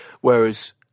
Whereas